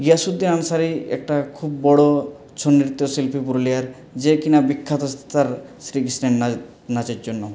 গিয়াসুদ্দিন আনসারি একটা খুব বড়ো ছৌ নৃত্য শিল্পী পুরুলিয়ার যে কিনা বিখ্যাত তাঁর শ্রীকৃষ্ণের নাচের নাচের জন্য